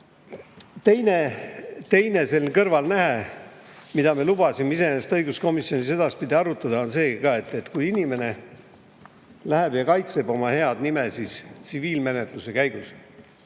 teine selline kõrvalnähe, mida me lubasime õiguskomisjonis edaspidi arutada, on see, et kui inimene läheb ja kaitseb oma head nime tsiviilmenetluse käigus,